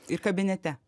ir kabinete